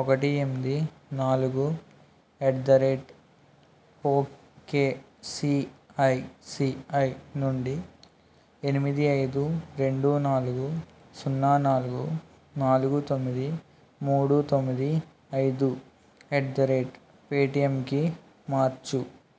ఒకటి ఎనిమిది నాలుగు at the rate ok ICICI నుండి ఎనిమిది అయిదు రెండు నాలుగు సున్నా నాలుగు నాలుగు తొమ్మిది మూడు తొమ్మిది అయిదు ఎట్ ది రేట్ పేటిఎమ్కి మార్చు